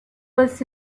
was